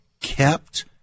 kept